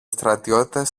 στρατιώτες